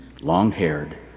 long-haired